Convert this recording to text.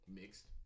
mixed